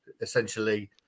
essentially